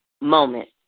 moment